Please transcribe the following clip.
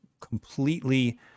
completely